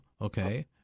Okay